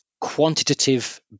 quantitative